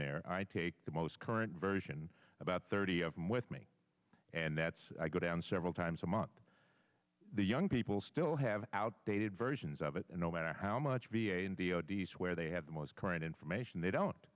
there i take the most current version about thirty of them with me and that's i go down several times a month the young people still have outdated versions of it no matter how much v a in the o d s where they have the most current information they don't